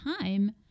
time